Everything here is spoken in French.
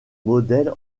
modèle